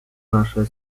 nasze